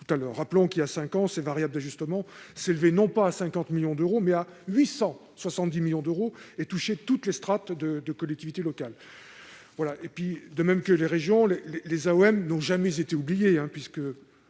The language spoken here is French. l'heure. Voilà cinq ans, ces variables d'ajustement s'élevaient non pas à 50 millions d'euros, mais à 870 millions, et elles touchaient toutes les strates de collectivités locales. Comme les régions, les AOM n'ont jamais été oubliées.